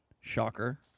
shocker